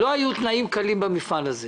לא היו תנאים קלים במפעל הזה.